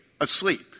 asleep